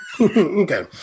Okay